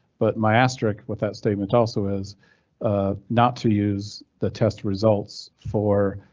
but my asterisk with that statement also is ah not to use the test results for